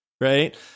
right